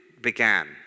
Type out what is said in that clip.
began